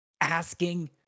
Asking